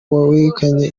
wegukanye